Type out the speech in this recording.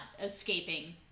escaping